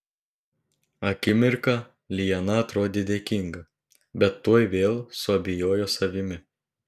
akimirką liana atrodė dėkinga bet tuoj vėl suabejojo savimi